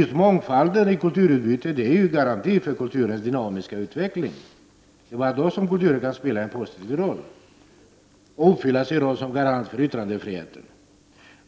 Just mångfalden i kulturutbudet är en garanti för kulturens dynamiska utveckling. Det är bara då som kulturen kan spela en positiv roll och fylla sin funktion som garant för yttrandefriheten.